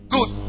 Good